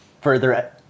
further